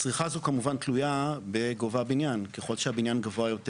הצריכה כמובן תלויה בגובה הבניין ככל שהבניין גבוה יותר